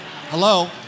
Hello